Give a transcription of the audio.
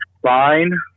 Fine